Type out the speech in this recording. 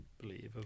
believe